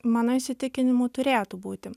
mano įsitikinimu turėtų būti